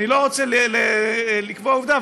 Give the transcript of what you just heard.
אני לא רוצה לקבוע עובדה,